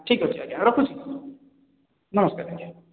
ଠିକ୍ ଅଛି ଆଜ୍ଞା ରଖୁଛି ନମସ୍କାର ଆଜ୍ଞା